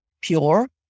pure